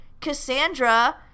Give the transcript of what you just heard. Cassandra